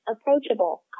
approachable